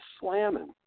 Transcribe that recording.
slamming